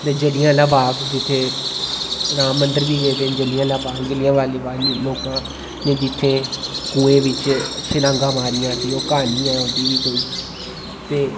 ते जल्लियां आह्ला बाग जित्थै राम मंदर बी गेदे न जल्लियां वाला बाग जित्थै कुएं बिच्च छलांगां मारियां सी ओह् क्हानी ऐ ओह्दी बी कोई ते